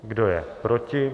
Kdo je proti?